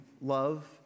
love